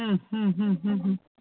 ಹ್ಞೂ ಹ್ಞೂ ಹ್ಞೂ ಹ್ಞೂ ಹ್ಞೂ